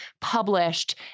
published